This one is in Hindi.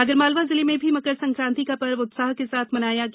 आगरमालवा जिले में भी मकर सक्रांति का पर्व उत्साह के साथ मनाया गया